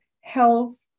health